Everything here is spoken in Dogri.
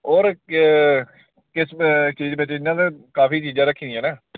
होर केह् किस चीज़ च इंया काफी चीज़ां रक्खी दियां न